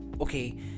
okay